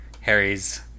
Harry's